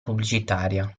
pubblicitaria